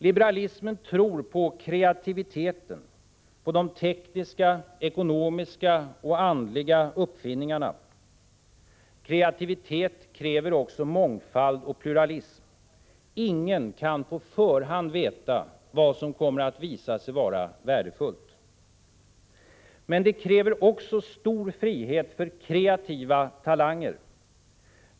Liberalismen tror på kreativiteten, de tekniska, ekonomiska och andliga uppfinningarna. Kreativitet kräver mångfald och pluralism. Ingen kan på 13 förhand veta vad som kommer att visa sig vara värdefullt. Prot. 1985/86:70 Men det krävs också stor frihet för kreativa talanger.